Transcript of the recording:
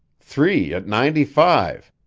three at ninety-five.